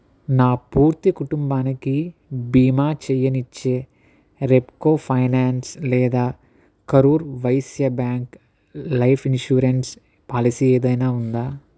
నా పూర్తి కుటుంబానికి బీమా చేయనిచ్చే రెప్కో ఫైనాన్స్ లేదా Karur Vysya bank life insurance policy ఏదైనా ఉందా